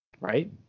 Right